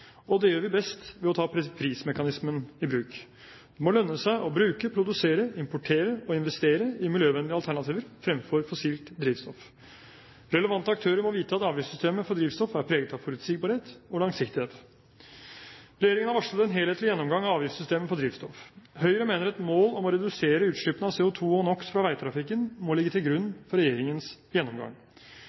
og det gjør vi best ved å ta prismekanismen i bruk. Det må lønne seg å bruke, produsere, importere og investere i miljøvennlige alternativer fremfor fossilt drivstoff. Relevante aktører må vite at avgiftssystemet for drivstoff er preget av forutsigbarhet og langsiktighet. Regjeringen har varslet en helhetlig gjennomgang av avgiftssystemet for drivstoff. Høyre mener et mål om å redusere utslippene av CO2 og NOx fra veitrafikken må ligge til grunn for regjeringens gjennomgang.